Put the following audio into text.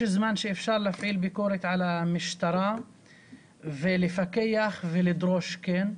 יש זמן שאפשר להפעיל ביקורת על המשטרה ולפקח ולדרוש כן,